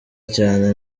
cyane